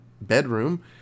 bedroom